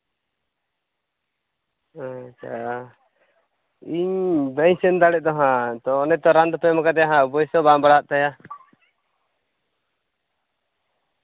ᱦᱮᱸ ᱪᱟᱞᱟᱜᱼᱟ ᱤᱧ ᱵᱟᱹᱧ ᱥᱮᱱ ᱫᱟᱲᱮᱜ ᱫᱚ ᱦᱟᱸᱜ ᱛᱚ ᱚᱱᱮ ᱛᱚ ᱨᱟᱱ ᱫᱚᱯᱮ ᱮᱢ ᱠᱟᱫᱮᱭᱟ ᱦᱚᱸᱜ ᱚᱵᱳᱥᱥᱳᱭ ᱵᱟᱝ ᱵᱟᱲᱦᱟᱜ ᱛᱟᱭᱟ